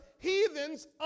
Heathens